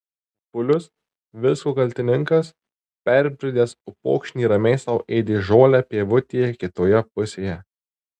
bulius visko kaltininkas perbridęs upokšnį ramiai sau ėdė žolę pievutėje kitoje pusėje